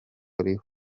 ariho